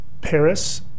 Paris